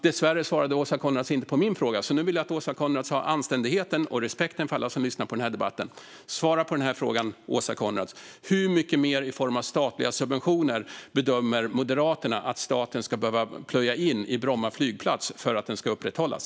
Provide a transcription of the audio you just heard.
Dessvärre svarade Åsa Coenraads inte på min fråga, så nu vill jag att Åsa Coenraads har anständigheten och respekten för alla som lyssnar på denna debatt att svara på denna fråga: Hur mycket mer i form av statliga subventioner bedömer Moderaterna att staten ska behöva plöja ned i Bromma flygplats för att den ska upprätthållas?